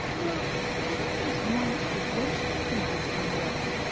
now worry is one of the worst things in the world,